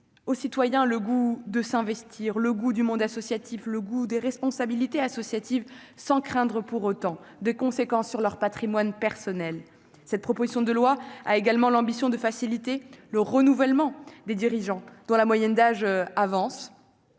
aux citoyens le goût de s'investir, du monde associatif et des responsabilités associatives, sans qu'ils aient à craindre des conséquences sur leur patrimoine personnel. Cette proposition de loi a également pour ambition de faciliter le renouvellement des dirigeants dont la moyenne d'âge avance.